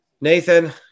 nathan